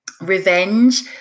revenge